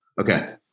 Okay